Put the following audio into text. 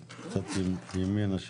בבקשה.